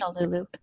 Lulu